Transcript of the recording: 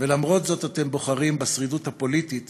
ולמרות זאת אתם בוחרים בשרידות פוליטית